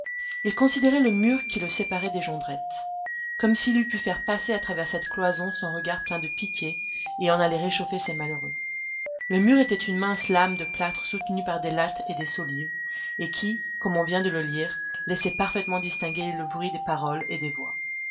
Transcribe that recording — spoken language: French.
il considérait le mur qui le séparait des jondrette comme s'il eût pu faire passer à travers cette cloison son regard plein de pitié et en aller réchauffer ces malheureux le mur était une mince lame de plâtre soutenue par des lattes et des solives et qui comme on vient de le lire laissait parfaitement distinguer le bruit des paroles et des voix